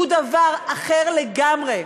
הוא דבר אחר לגמרי.